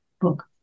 Book